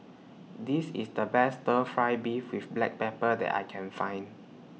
This IS The Best Stir Fry Beef with Black Pepper that I Can Find